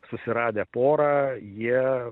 susiradę porą jie